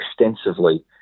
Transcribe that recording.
extensively